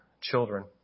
children